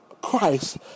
Christ